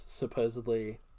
supposedly